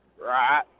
Right